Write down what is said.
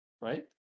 right